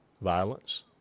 violence